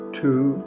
two